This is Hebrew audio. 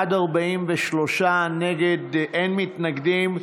בעד, 43, אין מתנגדים.